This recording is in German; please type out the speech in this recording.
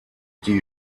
die